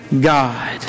God